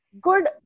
good